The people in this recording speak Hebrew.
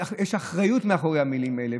יש אחריות מאחורי המילים האלה.